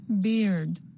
Beard